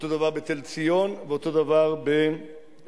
אותו דבר בתל-ציון ואותו דבר בקריית-ספר.